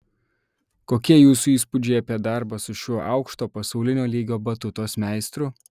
kokie jūsų įspūdžiai apie darbą su šiuo aukšto pasaulinio lygio batutos meistru